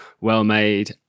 well-made